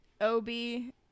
Obi